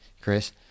Chris